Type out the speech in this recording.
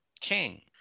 King